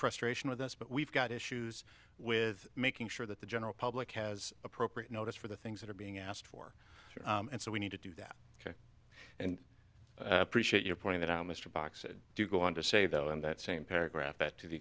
frustration with us but we've got issues with making sure that the general public has appropriate notice for the things that are being asked for and so we need to do that ok and appreciate your pointing that out mr box do you go on to say though in that same paragraph that t